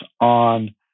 on